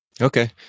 Okay